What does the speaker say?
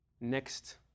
next